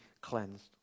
cleansed